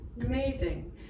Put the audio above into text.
Amazing